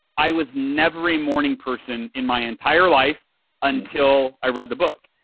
i was never a morning person in my entire life until i read the book.